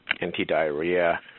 anti-diarrhea